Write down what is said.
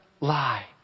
lie